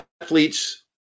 athletes